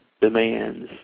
demands